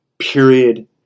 Period